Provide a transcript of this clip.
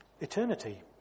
eternity